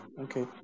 Okay